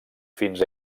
fins